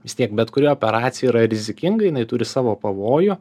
vis tiek bet kuri operacija yra rizikinga jinai turi savo pavojų